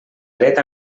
dret